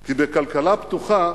כי בכלכלה פתוחה